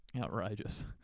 Outrageous